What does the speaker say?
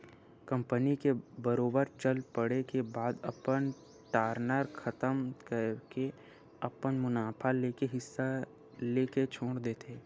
company के बरोबर चल पड़े के बाद अपन पार्टनर खतम करके अपन मुनाफा लेके हिस्सा लेके छोड़ देथे